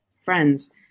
friends